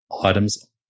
items